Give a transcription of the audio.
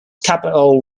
capital